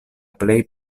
plej